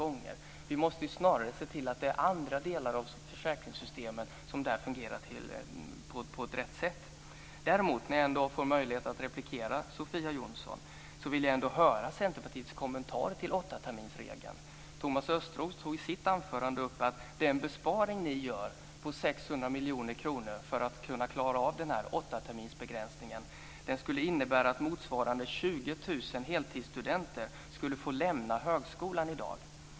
Snarare måste vi se till att andra delar av försäkringssystemen fungerar på rätt sätt. När jag nu får möjlighet att replikera på Sofia Jonsson vill jag höra Centerpartiets kommentar till åttaterminsregeln. Thomas Östros tog i sitt anförande upp att den besparing ni gör på 600 miljoner kronor för att klara av åttaterminsbegränsningen skulle innebära att motsvarande 20 000 heltidsstudenter skulle få lämna högskolan.